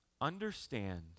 understand